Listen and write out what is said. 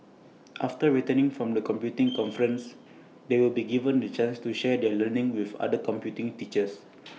after returning from the computing conference they will be given the chance to share their learning with other computing teachers